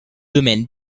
domaines